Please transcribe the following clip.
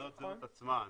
נכון?